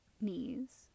knees